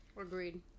Agreed